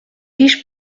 riche